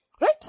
Right